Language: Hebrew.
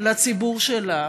לציבור שלה,